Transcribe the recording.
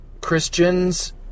Christians